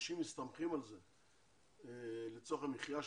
אנשים מסתמכים על זה לצורך המחיה שלהם,